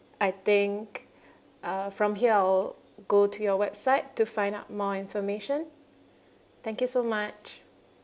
I think uh from here I'll go to your website to find out more information thank you so much